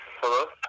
Hello